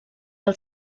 del